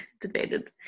debated